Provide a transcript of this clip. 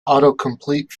autocomplete